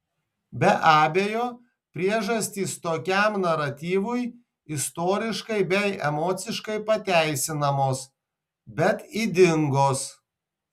be abejo priežastys tokiam naratyvui istoriškai bei emociškai pateisinamos bet ydingos